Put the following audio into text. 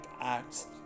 acts